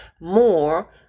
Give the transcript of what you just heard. more